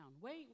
Wait